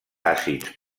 àcids